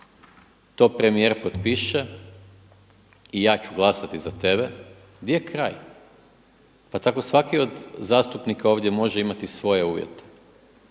to premijer potpiše i ja ću glasati za tebe, gdje je kraj? Pa tako svaki od zastupnika ovdje može imati svoje uvjete.